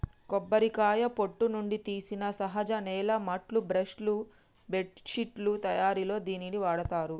కొబ్బరికాయ పొట్టు నుండి తీసిన సహజ నేల మాట్లు, బ్రష్ లు, బెడ్శిట్లు తయారిలో దీనిని వాడతారు